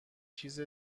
چیز